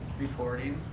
recording